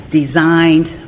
designed